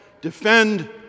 defend